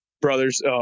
brothers